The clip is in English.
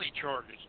charges